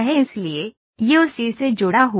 इसलिए यह उसी से जुड़ा हुआ है